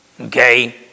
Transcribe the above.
Okay